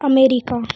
America